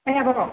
ओइ आब'